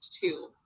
two